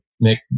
make